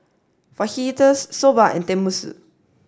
Fajitas Soba and Tenmusu